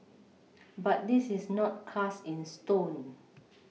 but this is not cast in stone